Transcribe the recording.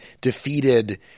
defeated